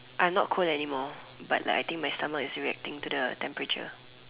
I'm not cold anymore but like I think my stomach is still reacting to the temperature